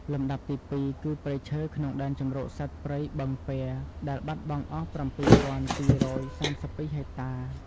លំដាប់ទី២ គឺព្រៃឈើក្នុងដែនជម្រកសត្វព្រៃបឹងពែរ ដែលបាត់បង់អស់៧២៣២ហិកតា។